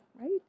right